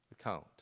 account